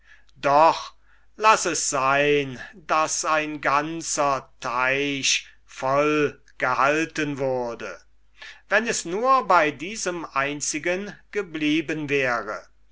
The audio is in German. doch laß es sein daß ein ganzer teich voll gehalten wurde wenn es nur bei diesem einzigen geblieben wäre